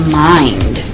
mind